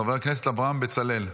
חבר הכנסת אברהם בצלאל,